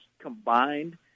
combined